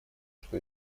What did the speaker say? что